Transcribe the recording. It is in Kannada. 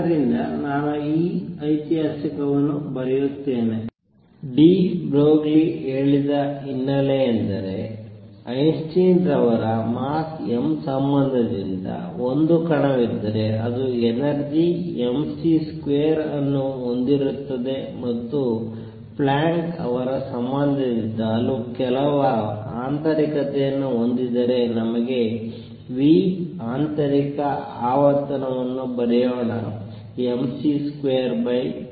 ಆದ್ದರಿಂದ ನಾನು ಈ ಐತಿಹಾಸಿಕವನ್ನು ಬರೆಯುತ್ತೇನೆ ಡಿ ಬ್ರೋಗ್ಲಿ ಹೇಳಿದ್ದ ಹಿನ್ನೆಲೆಯೆಂದರೆ ಐನ್ಸ್ಟೈನ್ ರವರ ಮಾಸ್ m ಸಂಬಂಧದಿಂದ ಒಂದು ಕಣವಿದ್ದರೆ ಅದು ಎನರ್ಜಿ mc ಸ್ಕ್ವೇರ್ ಅನ್ನು ಹೊಂದಿರುತ್ತದೆ ಮತ್ತು ಪ್ಲ್ಯಾಂಕ್ ರವರ ಸಂಬಂಧದಿಂದ ಅದು ಕೆಲವು ಆಂತರಿಕತೆಯನ್ನು ಹೊಂದಿದ್ದರೆ ನಮಗೆ ಆಂತರಿಕ ಆವರ್ತನವನ್ನು ಬರೆಯೋಣ mc2h